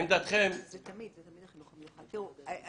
תראו,